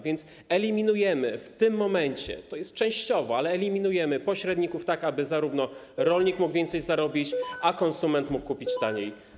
Więc eliminujemy w tym momencie - to jest częściowo, ale eliminujemy - pośredników, tak aby rolnik mógł więcej zarobić, a konsument mógł kupić taniej.